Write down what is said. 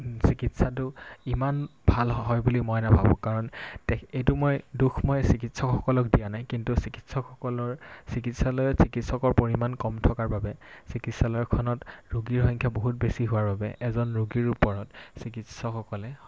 চিকিৎসাটো ইমান ভাল হয় বুলি মই নাভাবোঁ কাৰণ তে এইটো মই দোষ মই চিকিৎসকসকলক দিয়া নাই কিন্তু চিকিৎসকসকলৰ চিকিৎসালয়ত চিকিৎসকৰ পৰিমাণ কম থকাৰ বাবে চিকিৎসালয়খনত ৰোগীৰ সংখ্যা বহুত বেছি হোৱাৰ বাবে এজন ৰোগীৰ ওপৰত চিকিৎসকসকলে